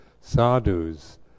sadhus